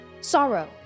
sorrow